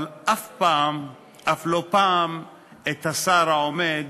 אבל אף פעם, אף לא פעם אחת, את השר העומד